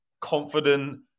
confident